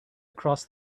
across